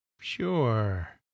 Sure